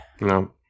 No